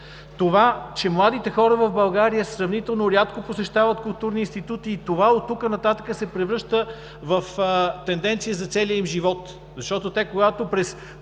Това, че младите хора в България сравнително рядко посещават културни институти – и това оттук нататък се превръща в тенденция за целия им живот, защото те, когато през